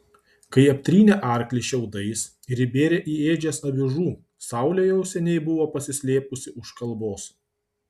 kai aptrynė arklį šiaudais ir įbėrė į ėdžias avižų saulė jau seniai buvo pasislėpusi už kalvos